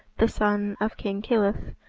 the son of king kilyth,